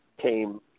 came